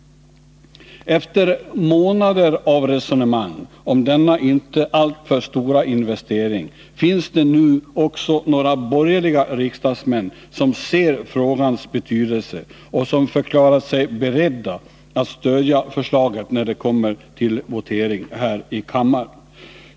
Efter månader av resonemang om denna inte alltför stora investering finns det nu också några borgerliga riksdagsmän som ser frågans betydelse och som förklarar sig beredda att stödja förslaget när det kommer till votering här i kammaren.